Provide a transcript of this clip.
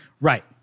Right